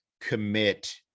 commit